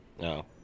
No